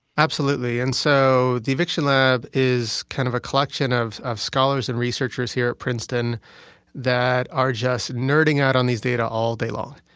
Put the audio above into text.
absolutely. and so the eviction lab is kind of a collection of of scholars and researchers here at princeton that are just nerding out on these data all day long,